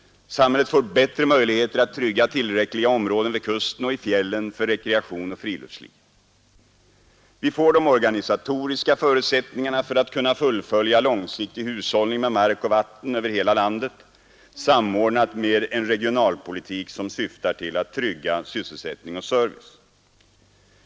Samhället får bättre möjligheter att trygga tillräckliga områden vid kusten och i fjällen för rekreation och friluftsliv. Vi får de organisatoriska förutsättningarna för att kunna fullfölja långsiktig hushållning med mark och vatten över hela landet, samordnad med en regionalpolitik som syftar till att trygga sysselsättning och service.